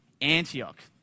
Antioch